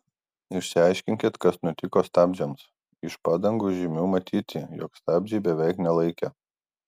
išsiaiškinkit kas nutiko stabdžiams iš padangų žymių matyti jog stabdžiai beveik nelaikė